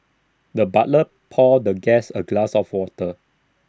the butler poured the guest A glass of water